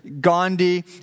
Gandhi